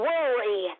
Worry